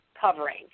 covering